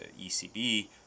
ECB